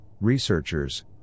researchers